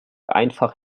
einfach